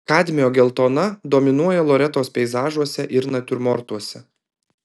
kadmio geltona dominuoja loretos peizažuose ir natiurmortuose